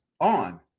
on